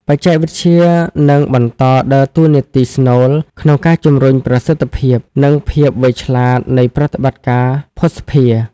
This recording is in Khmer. បច្ចេកវិទ្យានឹងបន្តដើរតួនាទីស្នូលក្នុងការជំរុញប្រសិទ្ធភាព និងភាពវៃឆ្លាតនៃប្រតិបត្តិការភស្តុភារ។